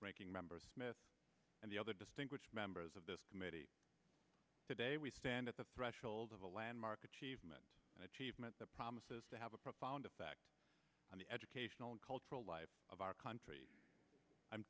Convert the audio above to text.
ranking members and the other distinguished members of this committee today we stand at the threshold of a landmark achievement that promises to have a profound effect on the educational and cultural life of our country i'm